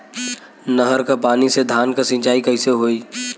नहर क पानी से धान क सिंचाई कईसे होई?